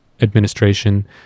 administration